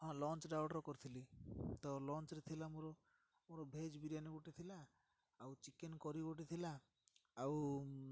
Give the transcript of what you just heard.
ହଁ ଲଞ୍ଚରେ ଅର୍ଡ଼ର୍ କରିଥିଲି ତ ଲଞ୍ଚରେେ ଥିଲା ମୋର ମୋର ଭେଜ୍ ବିରିୟାନୀ ଗୋଟେ ଥିଲା ଆଉ ଚିକେନ୍ କରୀ ଗୋଟେ ଥିଲା ଆଉ